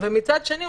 ומצד שני,